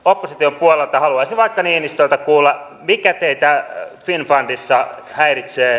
opposition puolelta haluaisin vaikka niinistöltä kuulla mikä teitä finnfundissa häiritsee